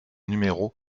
numéro